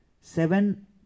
seven